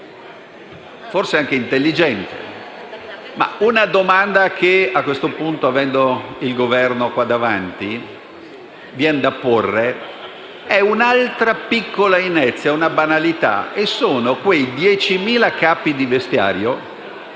forse anche più intelligente.